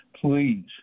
please